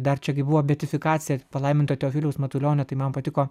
dar čia gi buvo beatifikacija palaimintojo teofiliaus matulionio tai man patiko